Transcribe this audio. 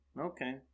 Okay